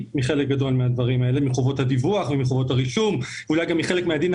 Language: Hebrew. בגדול זה מה שאני רוצה כהערה להגיד על החלק המבני.